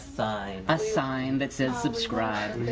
sign. a sign that says subscribe.